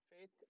faith